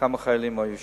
כמה חיילים היו שם.